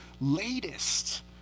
latest